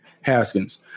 Haskins